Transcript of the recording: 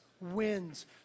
Wins